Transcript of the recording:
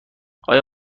آیا